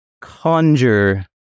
conjure